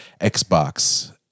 Xbox